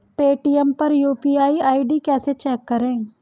Paytm पर UPI ID कैसे check करें?